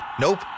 Nope